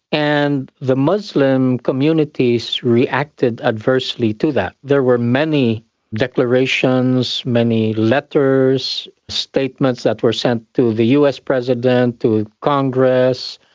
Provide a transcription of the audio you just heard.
and the muslim communities reacted adversely to that. there were many declarations, many letters, statement that were sent to the us president, to congress,